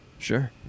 Sure